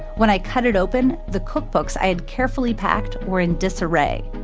when i cut it open, the cookbooks i had carefully packed were in disarray.